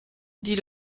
dit